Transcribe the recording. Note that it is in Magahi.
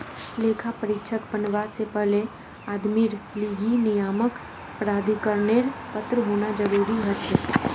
लेखा परीक्षक बनवा से पहले आदमीर लीगी नियामक प्राधिकरनेर पत्र होना जरूरी हछेक